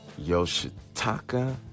Yoshitaka